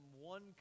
one